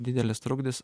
didelis trukdis